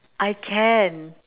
I can